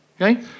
Okay